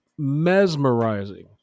mesmerizing